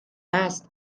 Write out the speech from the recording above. است